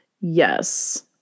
Yes